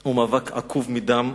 הוא מאבק עקוב מדם,